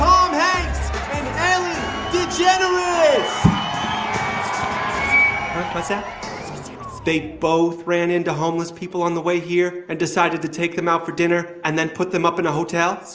um both ran into homeless people on the way here and decided to take them out for dinner and then put them up in a hotel?